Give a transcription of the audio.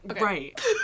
Right